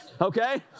Okay